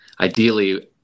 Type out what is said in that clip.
Ideally